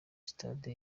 sitade